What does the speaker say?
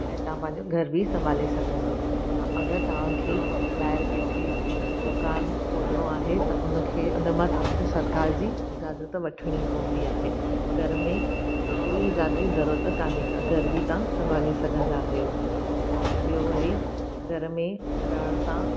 ऐं तव्हां पंहिंजो घरु बि संभाले सघंदव अगरि तव्हांखे ॿाहिरि किथे दुकानु खोलणो आहे त उनखे उन मां तव्हांखे सरकार जी इजाज़त वठिणी पवंदी आहे घर में कोई इजाज़त जी ज़रूरत कान्हे का घरु बि तव्हां संभाले सघंदा आहियो ऐं ॿियो वरी घर में रहण सां